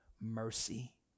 mercy